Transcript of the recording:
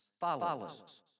follows